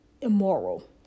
immoral